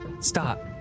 Stop